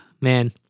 man